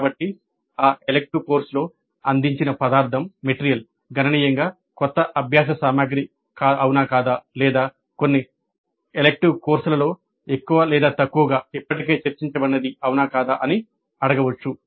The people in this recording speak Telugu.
కాబట్టి ఆ ఎలిక్టివ్ కోర్సులో అందించిన పదార్థం గణనీయంగా కొత్త అభ్యాస సామగ్రి కాదా లేదా కొన్ని ఇతర ఎలిక్టివ్ కోర్సులలో ఎక్కువ లేదా తక్కువగా ఇప్పటికే చర్చించబడినది కాదా అని అడగవచ్చు